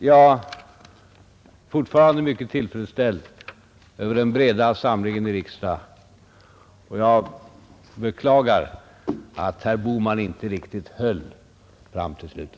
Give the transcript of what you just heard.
Jag är fortfarande mycket tillfredsställd över den breda samlingen i riksdagen, jag beklagar att herr Bohman inte riktigt höll fram till slutet.